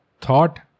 thought